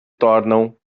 tornam